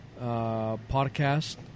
podcast